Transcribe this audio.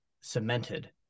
cemented